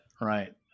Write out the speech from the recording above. Right